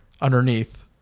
underneath